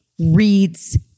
reads